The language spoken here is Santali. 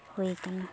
ᱦᱩᱭ ᱠᱟᱱᱟ